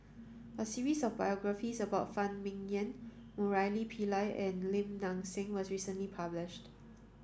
a series of biographies about Phan Ming Yen Murali Pillai and Lim Nang Seng was recently published